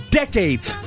decades